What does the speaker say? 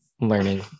learning